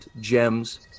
gems